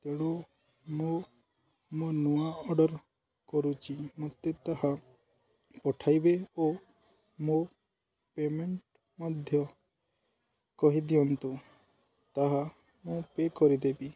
ତେଣୁ ମୁଁ ମୋ ନୂଆ ଅର୍ଡ଼ର୍ କରୁଛି ମୋତେ ତାହା ପଠାଇବେ ଓ ମୋ ପେମେଣ୍ଟ ମଧ୍ୟ କହିଦିଅନ୍ତୁ ତାହା ମୁଁ ପେ କରିଦେବି